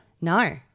No